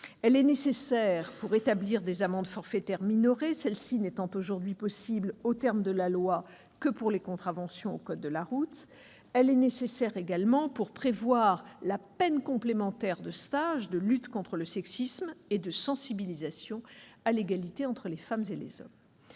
Elle est nécessaire pour établir des amendes forfaitaires minorées, celles-ci n'étant aujourd'hui possibles, aux termes de la loi, que pour les contraventions au code de la route. Elle l'est aussi pour prévoir la peine complémentaire de stage de lutte contre le sexisme et de sensibilisation à l'égalité entre les femmes et les hommes.